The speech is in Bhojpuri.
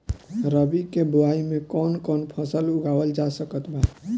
रबी के बोआई मे कौन कौन फसल उगावल जा सकत बा?